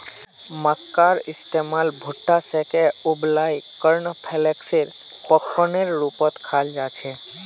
मक्कार इस्तमाल भुट्टा सेंके उबलई कॉर्नफलेक्स पॉपकार्नेर रूपत खाल जा छेक